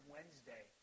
Wednesday